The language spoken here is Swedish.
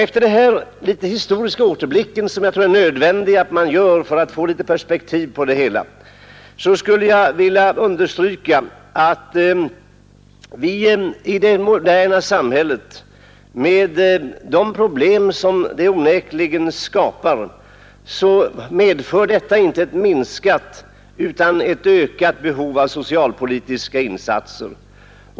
Efter den här historiska återblicken, som jag tror att det är nödvändigt att göra för att få litet perspektiv på det hela, skulle jag vilja understryka att de problem som det moderna samhället onekligen skapar inte medför ett minskat utan ett ökat behov av socialpolitiska insatser.